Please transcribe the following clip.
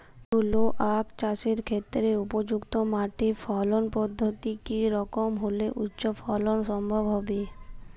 তুলো আঁখ চাষের ক্ষেত্রে উপযুক্ত মাটি ফলন পদ্ধতি কী রকম হলে উচ্চ ফলন সম্ভব হবে?